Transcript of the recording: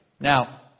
Now